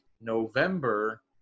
November